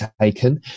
taken